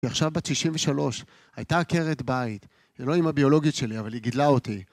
היא עכשיו בת 63, הייתה עקרת בית. זה לא אימא ביולוגית שלי, אבל היא גידלה אותי.